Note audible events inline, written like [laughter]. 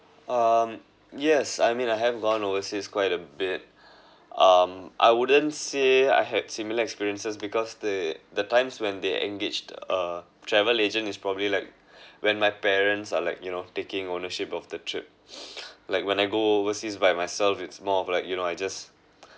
um yes I mean I have gone overseas quite a bit um I wouldn't say I had similar experiences because the the times when they engaged the uh travel agent is probably like when my parents are like you know taking ownership of the trip [noise] like when I go overseas by myself it's more of like you know I just